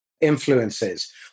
influences